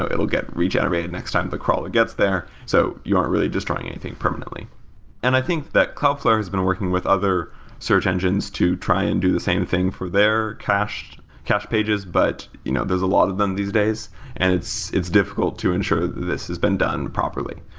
ah it will get regenerated next time the crawler gets there. so you aren't really just drawing anything permanently and i think that cloudflare has been working with other search engines to try and do the same thing for their cache, cache pages, but you know there're a lot of them these days and it's it's difficult to ensure this has been done properly.